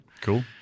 Cool